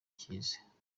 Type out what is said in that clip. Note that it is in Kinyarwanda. cyiza